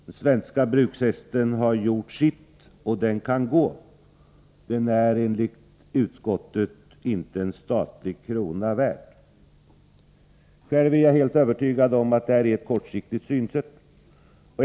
Den svenska brukshästen har gjort sitt. Den är enligt utskottet inte en statlig krona värd. Själv är jag helt övertygad om att detta är ett kortsiktigt synsätt.